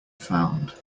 found